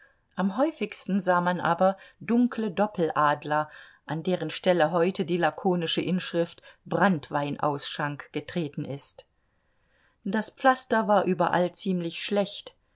am häufigsten sah man aber dunkle doppeladler an deren stelle heute die lakonische inschrift branntweinausschank getreten ist das pflaster war überall ziemlich schlecht